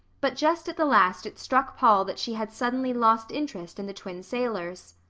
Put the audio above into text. but just at the last it struck paul that she had suddenly lost interest in the twin sailors.